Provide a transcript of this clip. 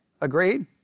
Agreed